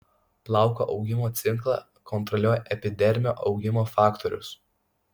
plauko augimo ciklą kontroliuoja epidermio augimo faktorius